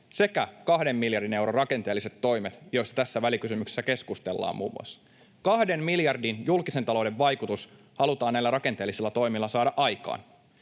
sekä 2 miljardin euron rakenteelliset toimet, joista tässä välikysymyksessä keskustellaan muun muassa. 2 miljardin euron julkisen talouden vaikutus halutaan näillä rakenteellisilla toimilla saada aikaan.